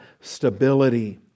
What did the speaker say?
stability